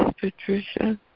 Patricia